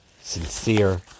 sincere